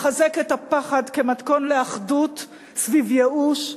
לחזק את הפחד כמתכון לאחדות סביב ייאוש,